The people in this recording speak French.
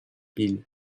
peel